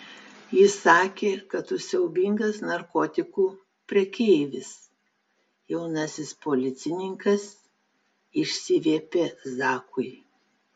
ji sakė kad tu siaubingas narkotikų prekeivis jaunasis policininkas išsiviepė zakui